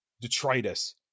detritus